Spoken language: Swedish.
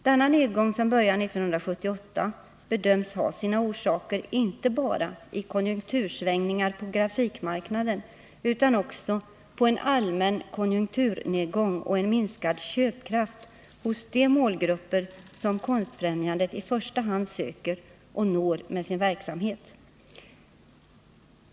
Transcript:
Denna nedgång, som började 1978, bedöms ha sina orsaker inte bara i konjunktursvängningar på grafikmarknaden utan också på en allmän konjunkturnedgång och en minskad köpkraft hos de målgrupper som Konstfrämjandet i första hand söker och når med sin verksamhet.